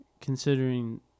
considering